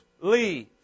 leave